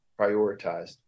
prioritized